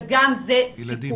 וגם זה סיכון.